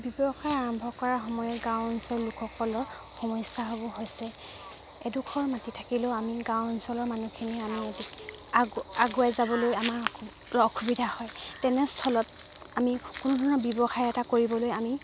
ব্যৱসায় আৰম্ভ কৰা সময়ে গাঁও অঞ্চল লোকসকলৰ সমস্যা হ'ব হৈছে এডখৰ মাটি থাকিলেও আমি গাঁও অঞ্চলৰ মানুহখিনি আমি আ আগুৱাই যাবলৈ আমাৰ অসুবিধা হয় তেনেস্থলত আমি কোনো ধৰণৰ ব্যৱসায় এটা কৰিবলৈ আমি